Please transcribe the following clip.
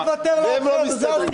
והם לא מסתדרים.